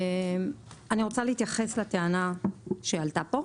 אני רוצה להתייחס לטענה שעלתה פה,